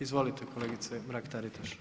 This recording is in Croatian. Izvolite kolegice Mrak-Taritaš.